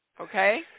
Okay